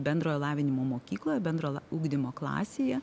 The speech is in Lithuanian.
bendrojo lavinimo mokykloje bendro ugdymo klasėje